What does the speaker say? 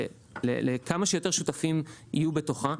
וכמה שיותר שותפים יהיו בתוכה.